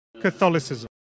Catholicism